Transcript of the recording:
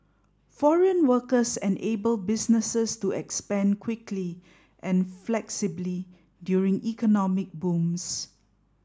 foreign workers enable businesses to expand quickly and flexibly during economic booms